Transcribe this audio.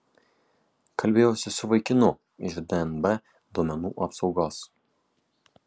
kalbėjausi su vaikinu iš dnb duomenų apsaugos